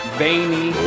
veiny